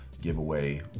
giveaway